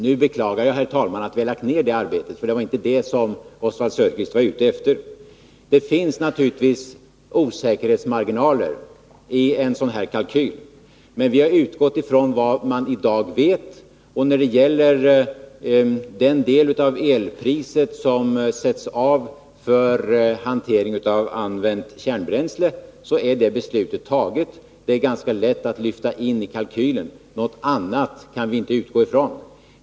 Nu beklagar jag, herr talman, att vi har lagt ner det arbetet, för det var inte det som Oswald Söderqvist var ute efter. Det finns naturligtvis osäkerhetsmarginaler i en sådan här kalkyl. Men vi har utgått från vad man i dag vet, och när det gäller den del av elpriset som sätts av för hantering av använt kärnbränsle är beslutet fattat. Det är ganska lätt att lyfta in den summan i kalkylen. Något annat kan vi inte utgå från.